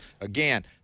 again